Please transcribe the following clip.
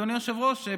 אדוני היושב-ראש,